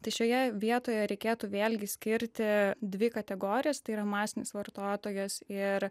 tai šioje vietoje reikėtų vėlgi skirti dvi kategorijas tai yra masinis vartotojas ir